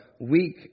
weak